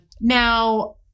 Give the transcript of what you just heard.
Now